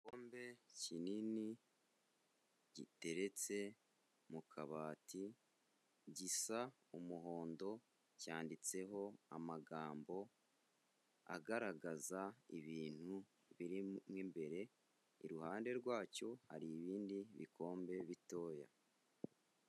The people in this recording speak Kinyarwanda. Igikombe kinini giteretse mu kabati gisa umuhondo, cyanditseho amagambo agaragaza ibintu biri mu imbere, iruhande rwacyo hari ibindi bikombe bitoya.